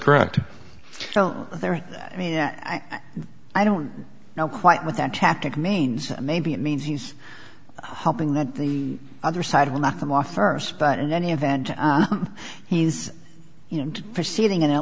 there i mean i don't know quite what that tactic manes maybe it means he's hoping that the other side will knock them off first but in any event he's you know proceeding in at